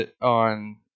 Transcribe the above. on